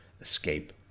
escape